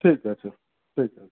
ঠিক আছে ঠিক আছে